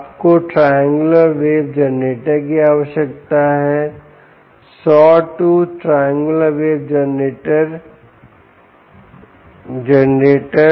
आपको triangular wave generator की आवश्यकता है sawtooth triangular wave generator